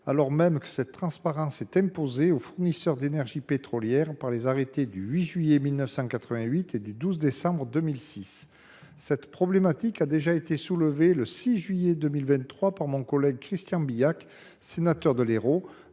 affichage est pourtant imposé aux fournisseurs d’énergie pétrolière par les arrêtés du 8 juillet 1988 et du 12 décembre 2006. Cette difficulté a déjà été soulevée le 6 juillet 2023 par mon collègue Christian Bilhac, sénateur de l’Hérault,